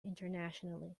internationally